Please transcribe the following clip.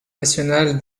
national